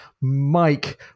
Mike